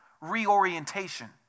reorientation